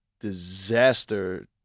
disaster